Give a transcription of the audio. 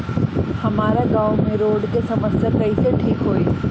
हमारा गाँव मे रोड के समस्या कइसे ठीक होई?